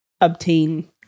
obtain